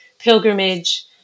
Pilgrimage